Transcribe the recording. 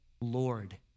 Lord